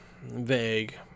vague